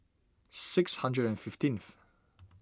six hundred and fifteenth